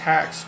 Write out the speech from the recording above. Tax